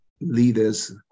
leaders